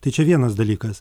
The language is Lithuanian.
tai čia vienas dalykas